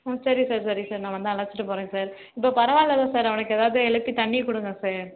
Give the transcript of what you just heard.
ம் சரி சார் சரி சார் நான் வந்து அழைச்சிட்டு போகறேன் சார் இப்போ பரவால்லல்ல சார் அவனுக்கு எதாவது எழுப்பி தண்ணியை கொடுங்க சார்